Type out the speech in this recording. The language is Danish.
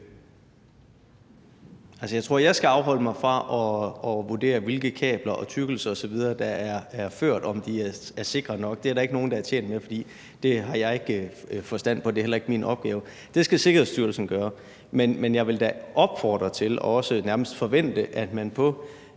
Jeg tror, at jeg skal afholde mig fra at vurdere, hvilke kabler og tykkelse osv. der er ført, og om de er sikre nok. Det er der ikke nogen der er tjent med, fordi det har jeg ikke forstand på, og det er heller ikke min opgave. Det skal Sikkerhedsstyrelsen gøre, men jeg vil da opfordre til og også nærmest forvente, at man på